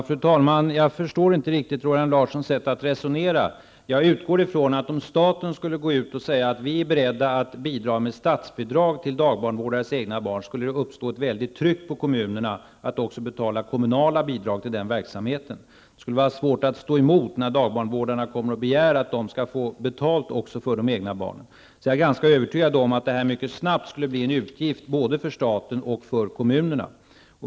Fru talman! Jag förstår inte riktigt Roland Larssons sätt att resonera. Jag utgår ifrån att om staten gick ut och sade att man är beredd att utge statsbidrag till dagbarnvårdares egna barn, skulle det uppstå ett väldigt tryck på kommunerna att också betala kommunala bidrag till denna verksamhet. Kommunerna skulle få svårt att stå emot om dagbarnvårdarna begärde att få betalt också för de egna barnen. Jag är övertygad om att detta mycket snart skulle medföra en utgift både för staten och för kommunerna.